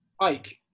Ike